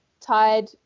tied